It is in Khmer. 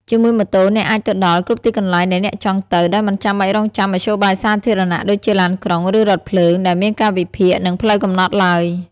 ជាមួយម៉ូតូ អ្នកអាចទៅដល់ គ្រប់ទីកន្លែងដែលអ្នកចង់ទៅ ដោយមិនចាំបាច់រង់ចាំមធ្យោបាយសាធារណៈដូចជាឡានក្រុង ឬរថភ្លើង ដែលមានកាលវិភាគ និងផ្លូវកំណត់ឡើយ។